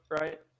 right